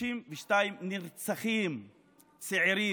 32 נרצחים צעירים,